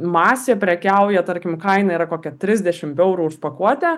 masė prekiauja tarkim kaina yra kokia trisdešimt eurų už pakuotę